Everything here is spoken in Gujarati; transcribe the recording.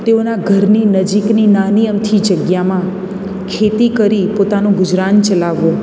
તેઓના ઘરની નજીકની નાની અમથી જગ્યામાં ખેતી કરી પોતાનું ગુજરાન ચલાવવું